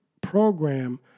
program